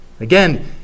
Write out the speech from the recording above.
Again